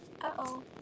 Uh-oh